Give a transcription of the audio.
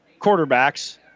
quarterbacks